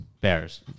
Bears